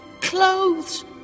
clothes